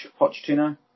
Pochettino